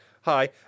Hi